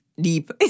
deep